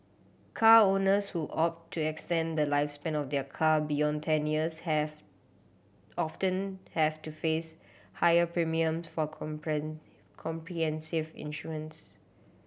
car owners who opt to extend the lifespan of their car beyond ten years have often have to face higher premium for comprehensive insurance